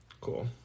cool